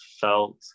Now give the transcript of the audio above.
felt